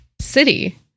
city